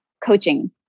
coaching